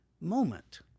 moment